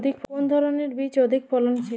কোন ধানের বীজ অধিক ফলনশীল?